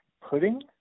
pudding